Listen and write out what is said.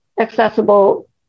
accessible